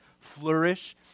flourish